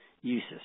uses